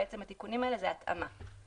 כך שבעצם התיקונים האלה הם התאמה לחקיקה.